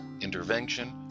intervention